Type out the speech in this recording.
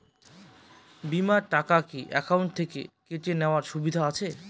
বিমার টাকা কি অ্যাকাউন্ট থেকে কেটে নেওয়ার সুবিধা আছে?